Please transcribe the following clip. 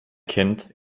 kennt